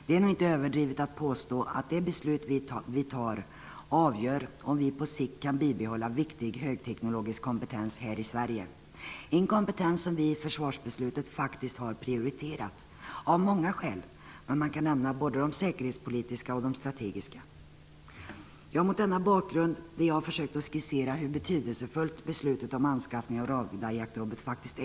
Det är inte överdrivet att påstå att det beslut vi fattar avgör om vi på sikt kan bibehålla viktig högteknologisk kompetens här i Sverige, en kompetens som vi i försvarsbeslutet av många skäl har prioriterat. Man kan nämna de säkerhetspolitiska och de strategiska. Jag har försökt skissera hur betydelsefullt beslutet om anskaffning av radarjaktrobot faktiskt är.